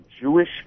Jewish